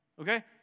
okay